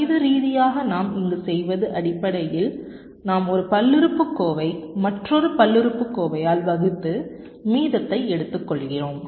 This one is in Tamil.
கணித ரீதியாக நாம் இங்கு செய்வது அடிப்படையில் நாம் ஒரு பல்லுறுப்புக்கோவை மற்றொரு பல்லுறுப்புக்கோவையால் வகுத்து மீதத்தை எடுத்துக்கொள்கிறோம்